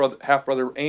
half-brother